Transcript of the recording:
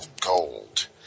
gold